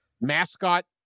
mascot